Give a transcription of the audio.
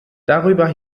darüber